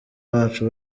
bacu